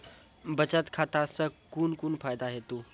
बचत खाता सऽ कून कून फायदा हेतु?